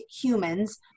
humans